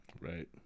Right